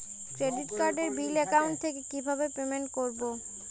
Credit কার্ডের bill account থেকে কিভাবে পেমেন্ট করবো?